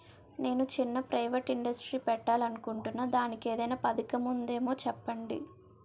నేను చిన్న private industry పెట్టాలి అనుకుంటున్నా దానికి ఏదైనా పథకం ఉందేమో చెప్పండి?